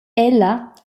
ella